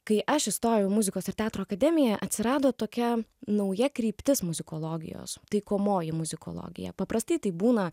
kai aš įstojau į muzikos ir teatro akademiją atsirado tokia nauja kryptis muzikologijos taikomoji muzikologija paprastai tai būna